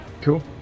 Cool